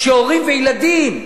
שהורים וילדים,